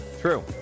True